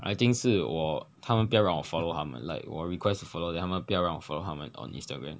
I think 是我他们不要让我 follow 他们 like 我 request to follow then 他们不要让我 follow 他们 on instagram